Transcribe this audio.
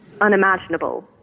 Unimaginable